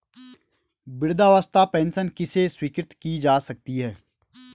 वृद्धावस्था पेंशन किसे स्वीकृत की जा सकती है?